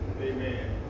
Amen